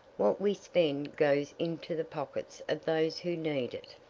what we spend goes into the pockets of those who need it.